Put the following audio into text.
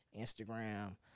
Instagram